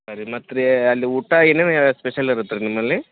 ಸರಿ ಮತ್ತೆ ರೀ ಅಲ್ಲಿ ಊಟ ಏನೇನು ಸ್ಪೆಷಲ್ ಇರತ್ತೆ ರೀ ನಿಮ್ಮಲ್ಲಿ